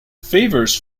favours